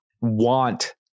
want